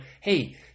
hey